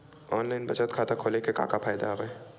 online बचत खाता खोले के का का फ़ायदा हवय